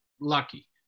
lucky